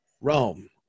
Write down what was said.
Rome